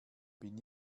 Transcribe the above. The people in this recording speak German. bin